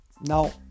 Now